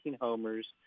homers